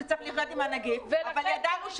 ולגבי המטוסים הפרטיים הנגיף נכנס על ידי בני אדם,